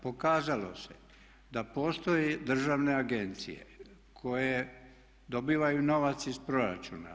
Pokazalo se da postoje državne agencije koje dobivaju novac iz proračuna.